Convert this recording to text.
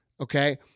okay